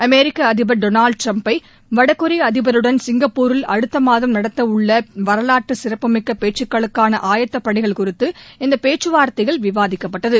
அமெிக்க அதிபர் திரு டொனால்டு ட்டிரம்ப் வடகொரிய அதிபருடன் சிங்கப்பூரில் அடுத்த மாதம் நடத்த உள்ள வரவாற்று சிறப்புமிக்க பேச்சுக்களுக்கான ஆயத்த பணிகள் குறித்து இந்த பேச்சுவார்த்தையில் விவாதிக்கப்பட்டது